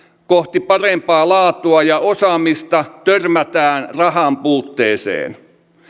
kohti parempaa laatua ja osaamista törmätään rahanpuutteeseen